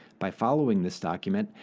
by following this document,